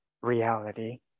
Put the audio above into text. reality